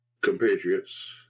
compatriots